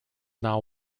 now